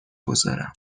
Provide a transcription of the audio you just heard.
گذارم